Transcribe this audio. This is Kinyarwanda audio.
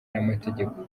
n’amategeko